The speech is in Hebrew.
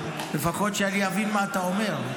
לפחות שאני אבין מה אתה אומר.